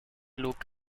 look